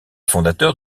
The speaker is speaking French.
fondateurs